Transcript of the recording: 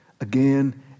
again